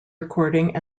recording